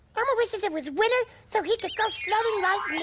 elmo wishes it was winter so he could go sledding right